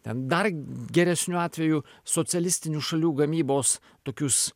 ten dar geresniu atveju socialistinių šalių gamybos tokius